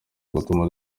gutuma